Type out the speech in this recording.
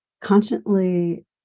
constantly